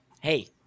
hey